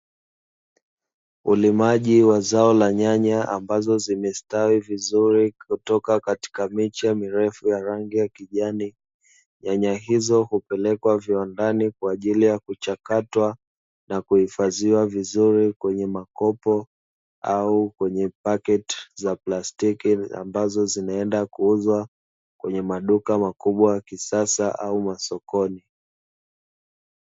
Ulimaji wa zao la nyanya ambazo zimestawi vizuri kutoka katika miche mirefu ya rangi ya kijani, nyanya hizo hupelekwa viwandani, kwa ajili ya kuchakatwa na kuhifadhiwa vizuri kwenye makopo au kwenye pakiti za plastiki ambazo zinaenda kuuzwa kwenye maduka ya kisasa au masokoni.